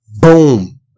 Boom